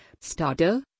Starter